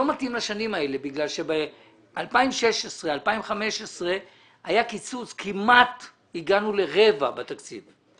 לא מתאים לשנים האלה כי ב-2016-2015 היה קיצוץ וכמעט הגענו לרבע בתקציב.